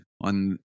on